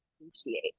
appreciate